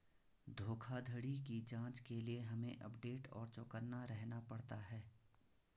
धोखाधड़ी की जांच के लिए हमे अपडेट और चौकन्ना रहना पड़ता है